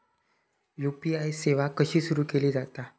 UPI सेवा कशी सुरू केली जाता?